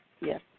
Yes